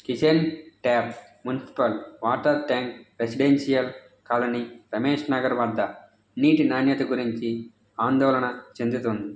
kitchen tap municipal water tank residential colony Ramesh Nagar వద్ద నీటి నాణ్యత గురించి ఆందోళన చెందడం